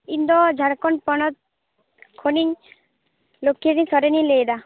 ᱤᱧ ᱫᱚ ᱡᱷᱟᱲᱠᱷᱚᱸᱰ ᱯᱚᱱᱚᱛ ᱠᱷᱚᱱᱤᱧ ᱞᱚᱠᱷᱤᱫᱤ ᱥᱚᱨᱮᱱᱤᱧ ᱞᱟᱹᱭᱮᱫᱟ